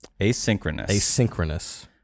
Asynchronous